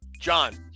John